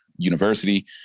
University